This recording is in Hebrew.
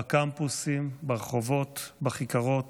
בקמפוסים, ברחובות, בכיכרות